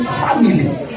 families